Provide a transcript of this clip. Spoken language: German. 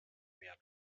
mehr